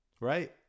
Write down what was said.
right